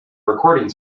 recording